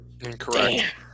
Incorrect